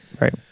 Right